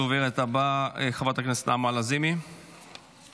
הדוברת הבאה, חברת הכנסת נעמה לזימי, בבקשה.